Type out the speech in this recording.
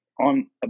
on